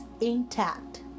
Intact